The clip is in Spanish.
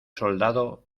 soldado